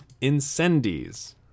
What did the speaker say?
incendies